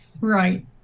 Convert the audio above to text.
Right